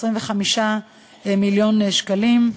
25 מיליון שקלים.